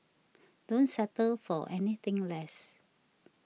don't settle for anything less